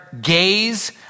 gaze